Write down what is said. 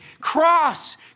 cross